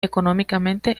económicamente